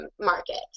market